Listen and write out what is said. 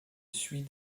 suit